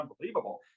unbelievable